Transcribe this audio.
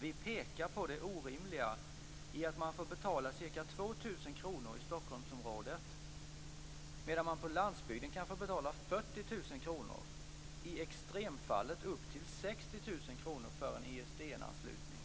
Vi pekar på det orimliga i att man får betala ca 2 000 kr i Stockholmsområdet medan man på landsbygden kan få betala 40 000 kr, i extremfallet upp till 60 000 kr för en ISDN-anslutning.